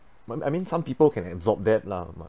mm I mean some people can absorb that lah but